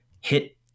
hit